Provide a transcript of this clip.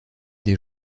des